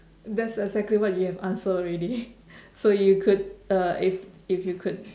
that's exactly what you have answered already so you could uh if if you could